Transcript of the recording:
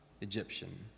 Egyptian